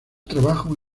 trabajo